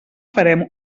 farem